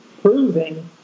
proving